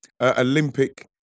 Olympic